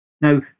Now